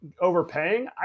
overpaying